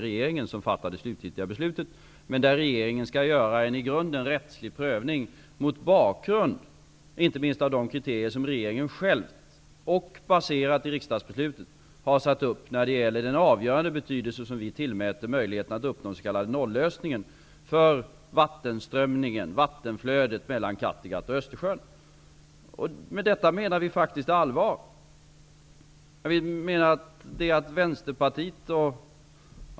Regeringen skall dock göra en i grunden rättslig prövning, inte minst mot bakgrund av de kriterier som regeringen själv har satt upp och som är baserade i riksdagsbeslut när det gäller den avgörande betydelse som vi tillmäter möjligheten att uppnå en s.k. noll-lösning för vattenflödet mellan Kattegatt och Östersjön. Vi menar faktiskt allvar med detta. Vänsterpartiet är emot förbindelsen.